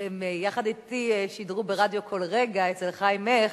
הם יחד אתי שידרו ב"רדיו קול רגע" אצל חיים הכט,